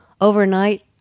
Overnight